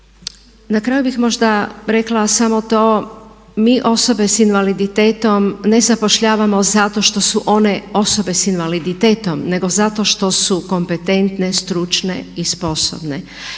Na kraju bih možda rekla samo to mi osobe s invaliditetom ne zapošljavamo zato što su one osobe s invaliditetom nego zato što su kompetentne, stručne i sposobne.